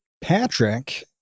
Patrick